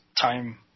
time